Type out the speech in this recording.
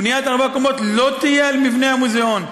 בניית ארבע הקומות לא תהיה על מבנה המוזיאון.